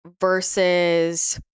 versus